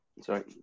Sorry